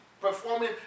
performing